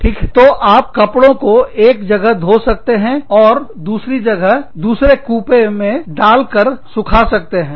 ठीक है तो आप कपड़ों को एक जगह धो सकते हैं और दूसरी जगह दूसरे कूपे मैं डाल कर सुखा सकते हैं